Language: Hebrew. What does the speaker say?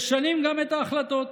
משנים גם את ההחלטות.